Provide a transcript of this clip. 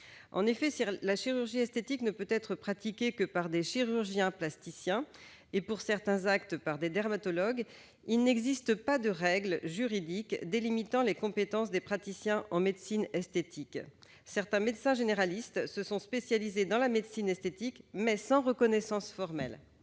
En effet, si la chirurgie esthétique ne peut être pratiquée que par des chirurgiens plasticiens et, pour certains actes, par des dermatologues, il n'existe pas de règles juridiques délimitant les compétences des praticiens en médecine esthétique. Certains médecins généralistes se sont spécialisés dans la médecine esthétique, mais sans reconnaissance formelle.